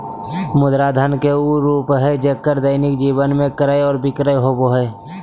मुद्रा धन के उ रूप हइ जेक्कर दैनिक जीवन में क्रय और विक्रय होबो हइ